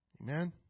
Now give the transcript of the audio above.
Amen